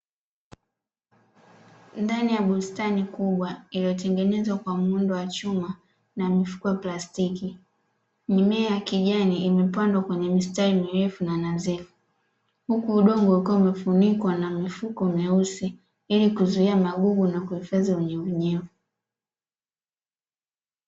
Ndani ya bustani kubwa iliyotengenezwa kwa muundo wa chuma na mifuko ya plastiki, mimea ya kijani imepandwa kwenye mistari mirefu na nadhifu huku udongo ukiwa umefunikwa na mifuko meusi ili kuzuia magugu na kuhifadhi unyevuunyevu.